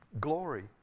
glory